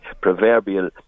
proverbial